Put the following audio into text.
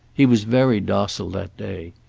he was very docile that day.